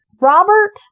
Robert